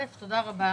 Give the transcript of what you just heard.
תודה רבה